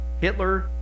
Hitler